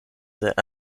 sehr